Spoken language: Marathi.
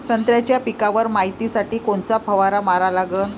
संत्र्याच्या पिकावर मायतीसाठी कोनचा फवारा मारा लागन?